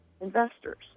investors